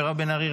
מירב בן ארי,